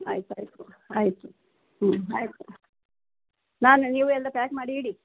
ಆಯ್ತು ಆಯಿತು ಆಯಿತು ಹ್ಞೂ ಆಯಿತು ನಾನು ನೀವು ಎಲ್ಲ ಪ್ಯಾಕ್ ಮಾಡಿ ಇಡಿ